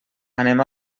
anem